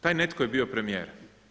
Taj netko je bio premijer.